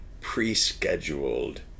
pre-scheduled